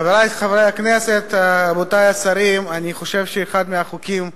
חבר הכנסת מקלב, לא שומעים אותך,